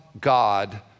God